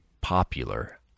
popular